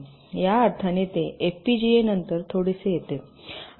या अर्थाने ते एफपीजीए नंतर थोडेसे येते